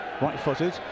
Right-footed